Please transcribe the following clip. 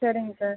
சரிங்க சார்